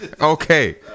Okay